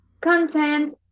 content